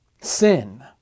sin